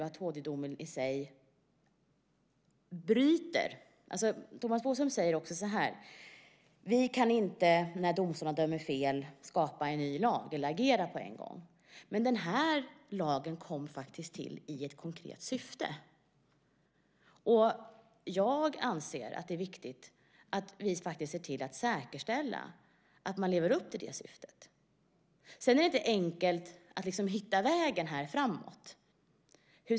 Thomas Bodström säger också: Vi kan inte när domstolar dömer fel skapa en ny lag eller agera på en gång. Men lagen kom faktiskt till i ett konkret syfte. Jag anser att det är viktigt att vi ser till att säkerställa att man lever upp till det syftet. Det är inte enkelt att hitta vägen framåt.